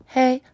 hey